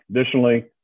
Additionally